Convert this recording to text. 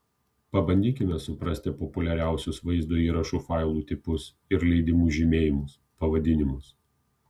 pabandykime suprasti populiariausius vaizdo įrašų failų tipus ir leidimų žymėjimus pavadinimus